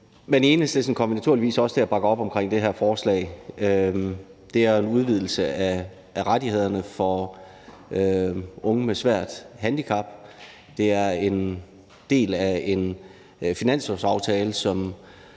Enhedslisten kommer naturligvis også til at bakke op om det her forslag, som er en udvidelse af rettighederne for unge med svært handicap. Det er en del af en finanslovsaftale, som